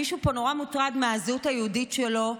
מישהו פה נורא מוטרד מהזהות היהודית שלו,